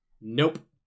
Nope